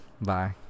Bye